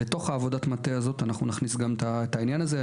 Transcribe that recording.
לתוך עבודת המטה הזאת אנחנו נכניס גם את העניין הזה.